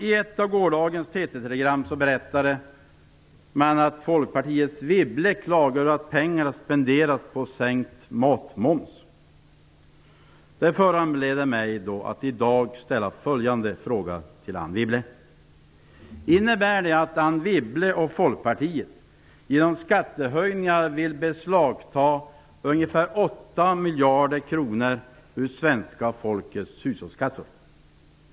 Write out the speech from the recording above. I ett av gårdagens TT-telegram sades det att Folkpartiets Wibble klagar över att pengar spenderas på en sänkning av matmomsen. Det föranleder mig att i dag ställa följande fråga till Anne Wibble: Innebär det att Anne Wibble och Folkpartiet genom skattehöjningar vill beslagta ungefär 8 miljarder kronor ur svenska folkets hushållskassor?